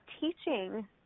teaching